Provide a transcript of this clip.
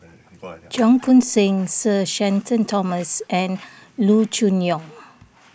Cheong Koon Seng Sir Shenton Thomas and Loo Choon Yong